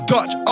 Dutch